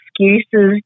excuses